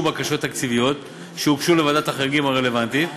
בקשות תקציביות שהוגשו לוועדת החריגים הרלוונטית,